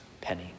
penny